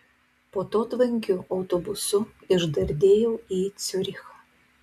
po to tvankiu autobusu išdardėjau į ciurichą